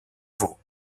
veau